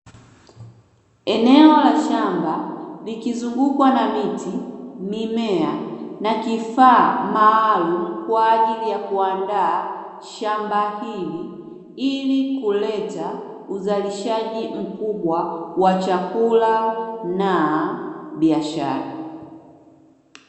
Eneo la shamba likizungukwa na miti, mimea na kifaa maalumu kwa ajili kuandaa shamba hili, ili kuleta uzalishaji mkubwa wa chakula na biashara.